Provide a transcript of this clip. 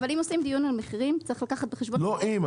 אבל אם עושים דיון על מחירים צריך לקחת בחשבון --- לא "אם",